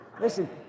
Listen